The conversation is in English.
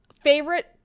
favorite